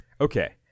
okay